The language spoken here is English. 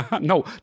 No